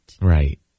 Right